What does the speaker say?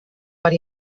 per